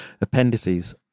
appendices